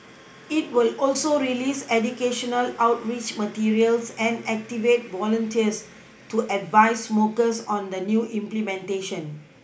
it will also release educational outreach materials and activate volunteers to advise smokers on the new implementation